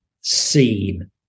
seen